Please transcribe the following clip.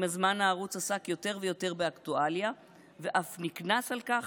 עם הזמן הערוץ עסק יותר ויותר באקטואליה ואף נקנס על כך,